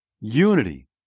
Unity